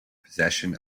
possession